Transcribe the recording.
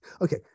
Okay